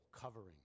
covering